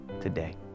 today